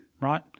right